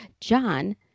John